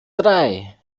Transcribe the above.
drei